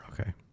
Okay